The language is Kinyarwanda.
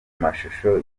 mashusho